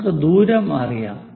നമുക്ക് ദൂരം അറിയാം